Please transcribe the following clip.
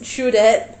true that